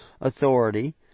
authority